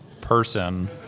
person